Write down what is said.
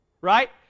Right